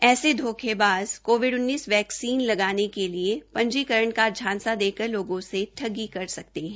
ऐसे धोखेबाज corona virus vaccine लगाने के लिए पंजीकरण का झांसा देकर लोगों से ठगी कर सकते हैं